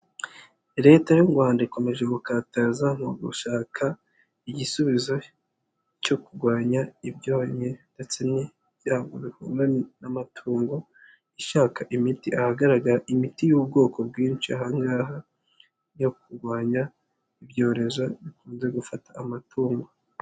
Leta y'u Rwanda ikomeje gukataza mu gushaka igisubizo cyo kurwanya ibyonnyi ndetse n'byago bihuranye n'amatungo ishaka imiti, ahagaragara imiti y'ubwoko bwinshi aha ngaha yo kurwanya ibyorezo bikunze gufata amatungo.